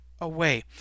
away